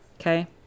Okay